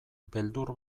beldur